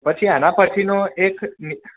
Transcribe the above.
પછી આના પછીનો એક નિ